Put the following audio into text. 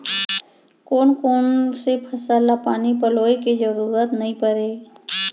कोन कोन से फसल ला पानी पलोय के जरूरत नई परय?